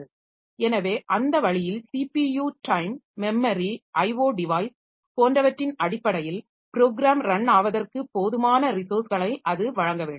எனவே அந்த வழியில் ஸிபியு டைம் மெமரிIO டிவைஸ் போன்றவற்றின் அடிப்படையில் ப்ரோக்ராம் ரன் ஆவதற்கு போதுமான ரிசோர்ஸ்களை அது வழங்க வேண்டும்